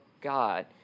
God